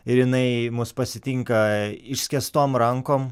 ir jinai mus pasitinka išskėstom rankom